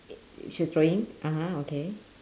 it she was throwing (uh huh) okay